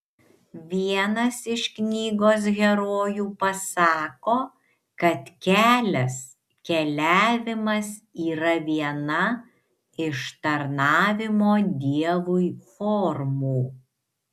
vienas iš knygos herojų pasako kad kelias keliavimas yra viena iš tarnavimo dievui formų